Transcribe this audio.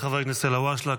תודה לחבר הכנסת אלהואשלה.